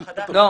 אתה חדש בתפקיד.